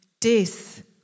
death